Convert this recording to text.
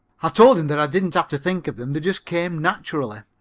i told him that i didn't have to think of them, they just came naturally.